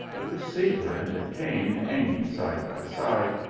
with a sabre and a cane hanging side by side,